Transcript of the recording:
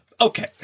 Okay